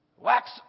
Wax